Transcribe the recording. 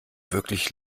wirklich